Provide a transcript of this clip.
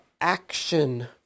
action